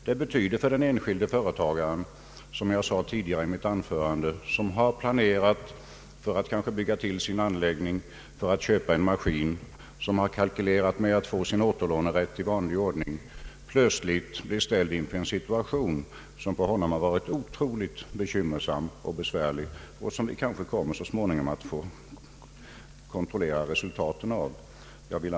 Detta innebär — som jag sade i mitt tidigare anförande — att en enskild företagare, som kanske planerat för att bygga ut sin anläggning eller för att köpa en maskin och som kalkylerat med att få utnyttja sin återlånerätt i vanlig ordning, plötsligt blivit ställd i en mycket bekymmersam situation. Vi kommer kanske att få möjlighet att kontrollera resultaten härav så småningom.